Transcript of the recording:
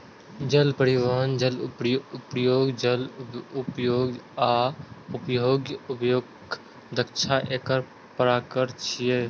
जल परिवहन, जल अनुप्रयोग, जल उपयोग आ उपभोग्य उपयोगक दक्षता एकर प्रकार छियै